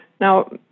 Now